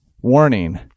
warning